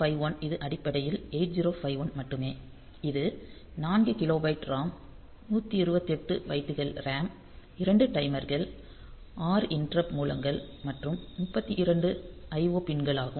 8951 இது அடிப்படையில் 8051 மட்டுமே இது 4 கிலோபைட் ROM 128 பைட்டுகள் RAM 2 டைமர்கள் 6 இண்டிரப்ட் மூலங்கள் மற்றும் 32 IO பின் களாகும்